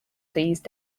these